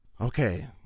Okay